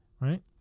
Right